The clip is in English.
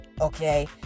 Okay